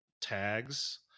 tags